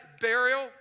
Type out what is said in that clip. burial